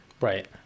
Right